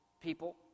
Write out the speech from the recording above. people